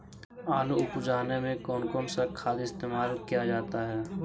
आलू उप जाने में कौन कौन सा खाद इस्तेमाल क्या जाता है?